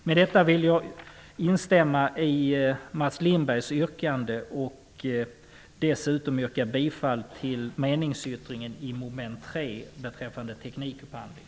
Med detta vill jag instämma i Mats Lindbergs yrkande. Dessutom yrkar jag bifall till meningsyttringen under mom. 3 beträffande teknikupphandling.